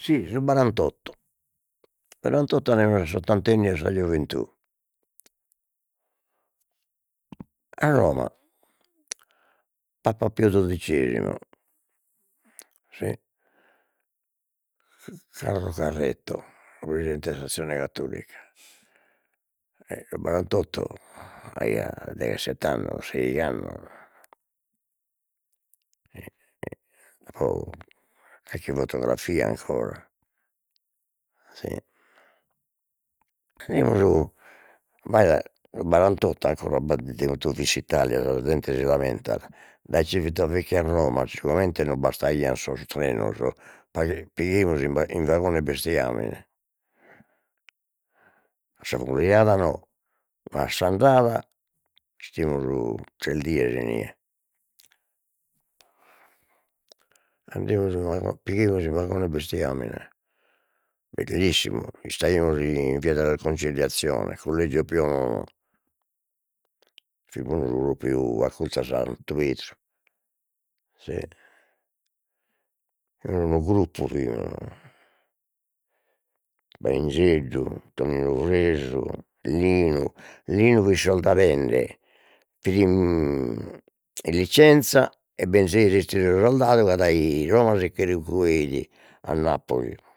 Si su barantotto, barantotto andemus a s'ottantenniu 'e sa gioventù, a Roma, Papa Pio dodicesimo si Carlo Carretto su presidente de s'azione cattolica, e su barantotto aia deghessett'annos seigh'annos o carchi fotografia ancora si 'idimus abbaida su barantotto ancora Italia sa zente si lamentat dai Civitavecchia a Roma sigomente non bastaian sos trenos pighemus in in vagone bestiamine, a sa furriada no, ma a s'andada fimus tres dies inie, andemus a pighemus in vagone bestiamine istaimus in via della Conciliazione collegio Pio nono fimus propriu acculzu a Santu Pedru, e fimus unu gruppu fimus Baingieddu, Toninu Fresu, Linu, Linu fit soldadende, in licenza e benzeit 'estidu 'e soldadu ca dai Roma si che recueit a Napoli